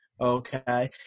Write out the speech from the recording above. okay